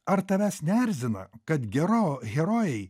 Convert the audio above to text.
ar tavęs neerzina kad gero herojai